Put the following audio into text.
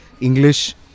English